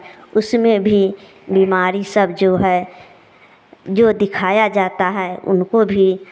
उसमें भी बीमारी सब जो है जो दिखाया जाता है उनको भी